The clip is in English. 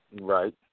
Right